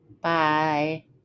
bye